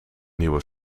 nieuwe